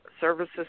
services